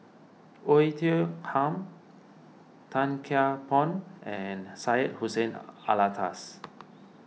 Oei Tiong Ham Tan Kian Por and Syed Hussein Alatas